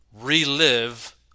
relive